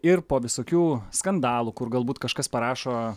ir po visokių skandalų kur galbūt kažkas parašo